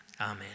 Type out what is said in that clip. Amen